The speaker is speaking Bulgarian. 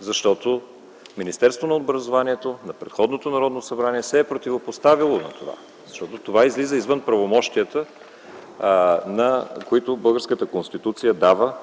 защото Министерството на образованието и науката на предходното Народното събрание се е противопоставило, защото това излиза извън правомощията, които българската Конституция дава